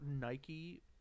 Nike